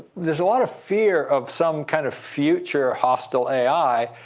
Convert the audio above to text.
there's a lot of fear of some kind of future, hostile ai.